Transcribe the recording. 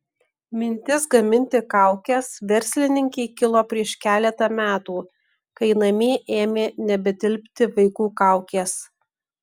mintis gaminti kaukes verslininkei kilo prieš keletą metų kai namie ėmė nebetilpti vaikų kaukės